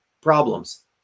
problems